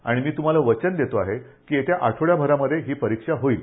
आणि मी तुम्हाला वचन देतो आहे की येत्या आठवडाभरामधे ही परीक्षा होईल